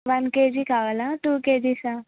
one kg కావాలా two కేజీసా